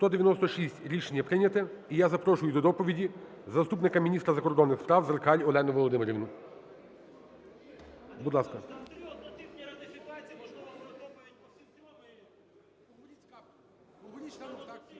За-196 Рішення прийнято. І я запрошую до доповіді заступника міністра закордонних справ Зеркаль Олену Володимирівну. Будь ласка.